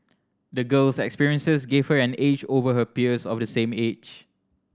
the girl's experiences gave her an edge over her peers of the same age